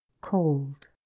cold